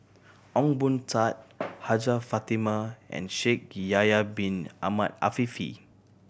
Ong Boon Tat Hajjah Fatimah and Shaikh Yahya Bin Ahmed Afifi